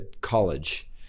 college